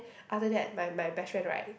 other that my my best friend right